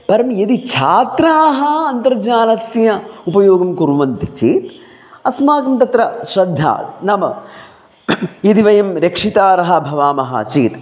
परं यदि छात्राः अन्तर्जालस्य उपयोगं कुर्वन्ति चेत् अस्माकं तत्र श्रद्धा नाम यदि वयं रक्षितारः भवामः चेत्